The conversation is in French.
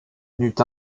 n’eut